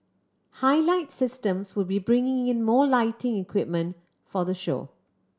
Highlight Systems will be bringing in more lighting equipment for the show